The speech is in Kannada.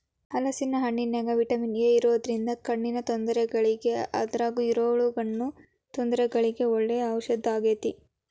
ಹಲೇಸಿನ ಹಣ್ಣಿನ್ಯಾಗ ವಿಟಮಿನ್ ಎ ಇರೋದ್ರಿಂದ ಕಣ್ಣಿನ ತೊಂದರೆಗಳಿಗೆ ಅದ್ರಗೂ ಇರುಳುಗಣ್ಣು ತೊಂದರೆಗಳಿಗೆ ಒಳ್ಳೆ ಔಷದಾಗೇತಿ